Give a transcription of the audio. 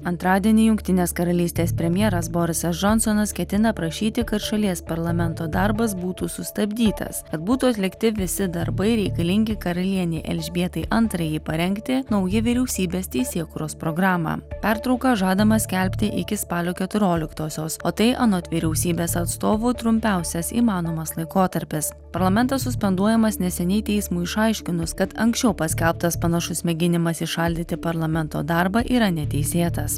antradienį jungtinės karalystės premjeras borisas džonsonas ketina prašyti kad šalies parlamento darbas būtų sustabdytas kad būtų atlikti visi darbai reikalingi karalienei elžbietai antrajai parengti nauji vyriausybės teisėkūros programą pertrauką žadama skelbti iki spalio keturioliktosios o tai anot vyriausybės atstovų trumpiausias įmanomas laikotarpis parlamentas suspenduojamas neseniai teismui išaiškinus kad anksčiau paskelbtas panašus mėginimas įšaldyti parlamento darbą yra neteisėtas